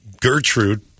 Gertrude